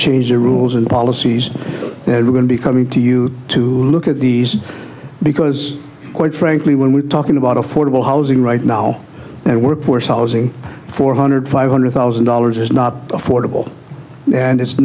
change the rules and policies that are going to be coming to you to look at these because quite frankly when we're talking about affordable housing right now their workforce housing four hundred five hundred thousand dollars is not affordable and it's